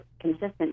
consistent